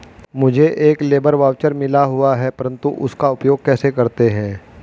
मुझे एक labour voucher मिला हुआ है परंतु उसका उपयोग कैसे करते हैं?